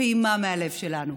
פעימה מהלב שלנו.